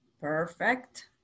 Perfect